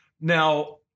now